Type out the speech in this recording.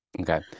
Okay